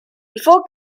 before